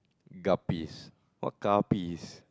Garbies what Garbies